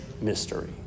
mystery